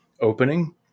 opening